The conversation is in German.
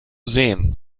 sehen